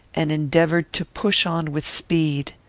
and endeavoured to push on with speed.